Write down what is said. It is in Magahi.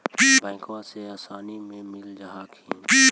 बैंकबा से आसानी मे मिल जा हखिन?